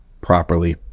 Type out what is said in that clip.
properly